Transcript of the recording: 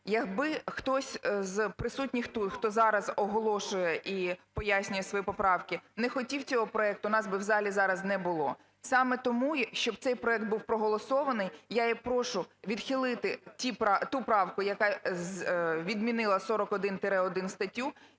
Якби хтось з присутніх тут, хто зараз оголошує і пояснює свої поправки, не хотів цього проекту, нас би в залі зараз не було. Саме тому щоб цей проект був проголосований, я і прошу відхилити ту правку, яка відмінила 41-1 статтю,